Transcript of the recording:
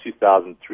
2003